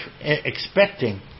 expecting